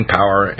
Power